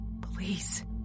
Please